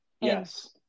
Yes